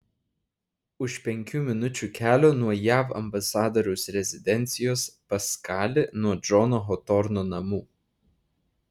už penkių minučių kelio nuo jav ambasadoriaus rezidencijos paskali nuo džono hotorno namų